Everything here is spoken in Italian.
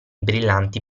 brillanti